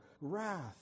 wrath